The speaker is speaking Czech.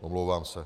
Omlouvám se.